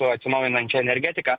su atsinaujinančia energetika